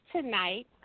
tonight